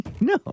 No